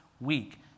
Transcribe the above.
week